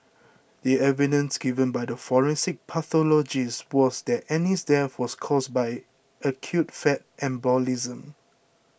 the evidence given by the forensic pathologist was that Annie's death was caused by acute fat embolism